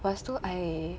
lepas tu I